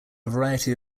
variety